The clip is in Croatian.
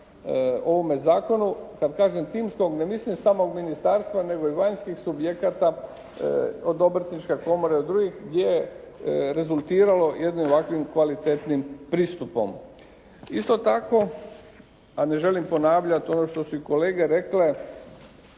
ovome zakonu. Kad kažem timskog, ne mislim samog ministarstva, nego i vanjskih subjekata od Obrtničke komore, od drugih gdje je rezultiralo jednim ovakvim kvalitetnim pristupom. Isto tako, a ne želim ponavljati ono što su i kolege rekle